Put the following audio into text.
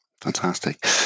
Fantastic